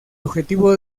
objetivo